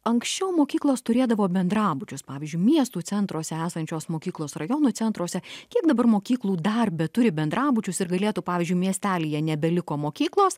anksčiau mokyklos turėdavo bendrabučius pavyzdžiui miestų centruose esančios mokyklos rajonų centruose kiek dabar mokyklų dar beturi bendrabučius ir galėtų pavyzdžiui miestelyje nebeliko mokyklos